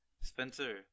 Spencer